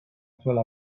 zuela